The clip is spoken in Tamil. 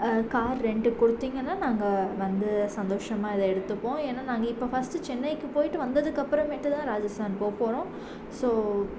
கார் ரென்ட்டு கொடுத்திங்கனா நாங்கள் வந்து சந்தோஷமாக இதை எடுத்துப்போம் ஏன்னா நாங்கள் இப்போ ஃபஸ்ட்டு சென்னைக்கு போய்ட்டு வந்ததுக்கு அப்புறமேட்டு தான் ராஜஸ்தான் போக போகிறோம் ஸோ